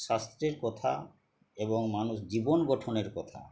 শাস্ত্রের কথা এবং মানুষ জীবন গঠনের কথা